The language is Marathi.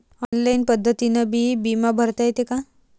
ऑनलाईन पद्धतीनं बी बिमा भरता येते का?